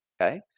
okay